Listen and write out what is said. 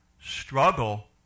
struggle